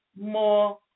more